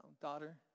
daughter